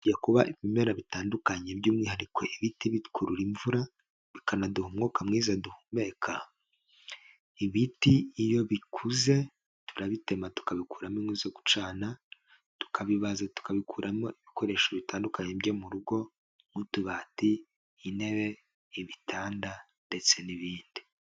Bijya kuba ibimera bitandukanye by'umwihariko ibiti bikurura imvura, bikanaduha umwuka mwiza duhumeka. Ibiti iyo bikuze turabitema, tukabikuramo inkwi zo gucana. Tukabibaza tukabikuramo ibikoresho bitandukanye byo mu rugo, nk'utubati, intebe, ibitanda ndetse n'ibindi.